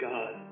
God